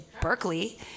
Berkeley